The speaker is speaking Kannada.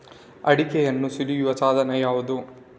ಅಡಿಕೆಯನ್ನು ಸುಲಿಯುವ ಸಾಧನ ಯಾವುದು?